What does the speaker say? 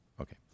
Okay